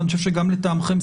ואני חושב שגם לטעמכם,